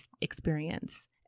experience